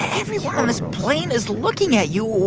everyone on this plane is looking at you.